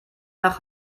nach